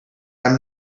i’m